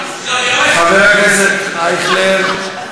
לו, כי זה יעזור לו בפריימריז.